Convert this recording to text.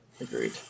Agreed